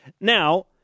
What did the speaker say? Now